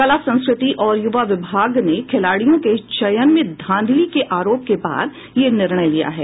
कला संस्कृति और युवा विभाग ने खिलाड़ियों के चयन में धांधली के आरोप के बाद यह निर्णय लिया है